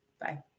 Bye